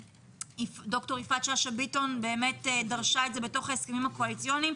ד"ר יפעת שאשא ביטון דרשה את זה בהסכמים הקואליציוניים,